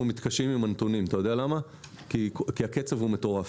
אנחנו מתקשים עם הנתונים כי הקצב הוא מטורף.